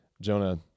Jonah